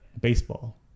baseball